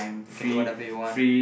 you can do whatever you want